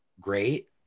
great